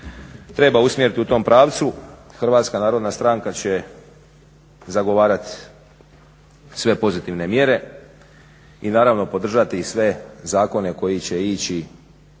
treba usmjeriti u tom pravcu. HNS će zagovarati sve pozitivne mjere i naravno podržati sve zakone koji će ići